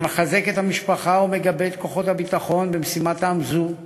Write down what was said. אני מחזק את המשפחות ומגבה את כוחות הביטחון במשימתם זו,